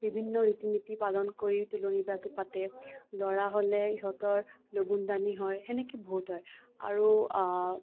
বিভিন্ন ৰীতি নীতি পালন কৰি তোলনি বিয়াটো পাতে ল'ৰা হ'লে ইহঁতৰ লগুণদানি হেনেকে বহুত হয় আৰু